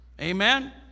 Amen